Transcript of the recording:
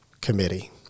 Committee